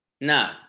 No